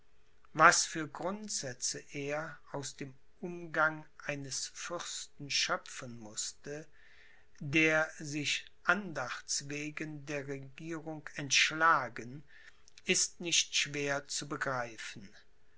was für grundsätze er aus dem umgang eines fürsten schöpfen mußte der sich andachts wegen der regierung entschlagen ist nicht schwer zu begreifen